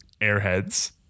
airheads